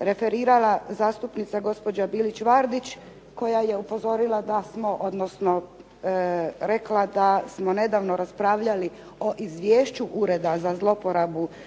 referirala zastupnica gospođa Bilić Vardić, koja je upozorila da smo, odnosno rekla da smo nedavno raspravljali o izvješću Ureda za zloporabu